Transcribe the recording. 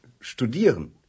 Studieren